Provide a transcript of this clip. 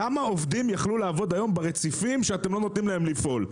כמה עובדים יכלו לעבוד היום ברציפים שאתם לא נותנים להם לפעול?